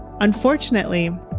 Unfortunately